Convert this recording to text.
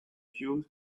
queue